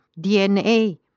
DNA